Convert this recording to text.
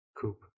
coop